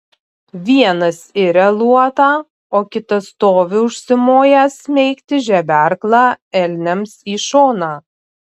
vienas iria luotą o kitas stovi užsimojęs smeigti žeberklą elniams į šoną